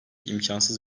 imkansız